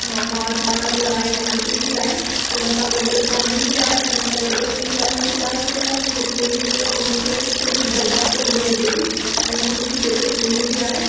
मार धाड़ लड़ाई मार पीट बि आहे हुन सां गॾु गॾु कॉमेडी बि आहे हुन सां गॾु गॾु इंजॉयमेंट बि आहे त उहा मूवी में मूंखे फुली ब्लॉकबस्टर मूवी लॻे थी ऐं उहा मुंहिंजी फेवरेट मूवी बि आहे